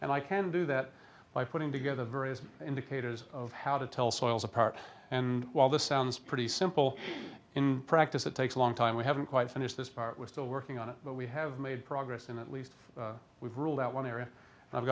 and i can do that by putting together various indicators of how to tell soils apart and while this sounds pretty simple in practice it takes a long time we haven't quite finished this part we're still working on it but we have made progress in at least we've ruled out one area and i've